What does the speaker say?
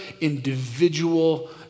individual